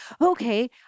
Okay